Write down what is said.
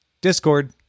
Discord